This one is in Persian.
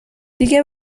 دیگه